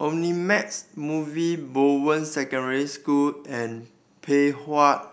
Omnimax Movies Bowen Secondary School and Pei Hwa